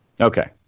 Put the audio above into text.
Okay